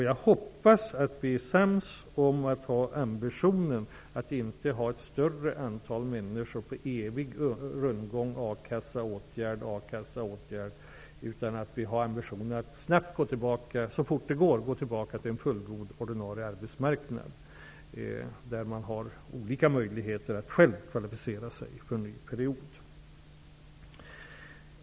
Jag hoppas att vi är överens om att ambitionen skall vara att inte få ett större antal människor som går den eviga rundgången, dvs. a-kassa -- åtgärd -- a-kassa -- åtgärd osv. Ambitionen skall vara att så fort som möjligt få tillbaka en fullgod ordinarie arbetsmarknad, där man har olika möjligheter att själv kvalificera sig för en ny period.